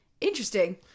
interesting